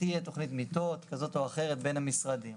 תהיה תוכנית מיטות כזאת או אחרת בין המשרדים.